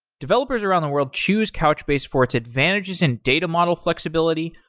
developers around the world choose couchbase for its advantages in data model flexibility,